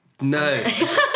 No